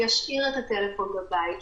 שישאיר את הטלפון בבית,